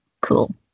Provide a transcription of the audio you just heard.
cool